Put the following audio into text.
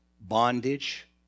bondage